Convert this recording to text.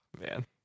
man